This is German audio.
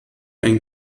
ein